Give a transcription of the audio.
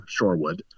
Shorewood